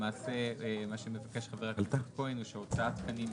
למעשה מה שמבקש חבר הכנסת כהן זה ש --- להצהרה,